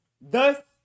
Thus